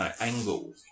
angle